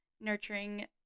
nurturing